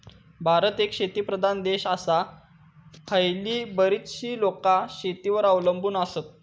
भारत एक शेतीप्रधान देश आसा, हयली बरीचशी लोकां शेतीवर अवलंबून आसत